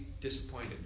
disappointed